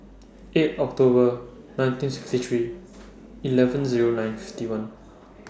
eight October nineteen sixty three eleven Zero nine fifty one